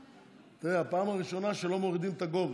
תראה, זאת הפעם הראשונה שלא מורידים את הגובה.